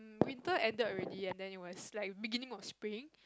we thought either already yet like the beginning of spring